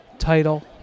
title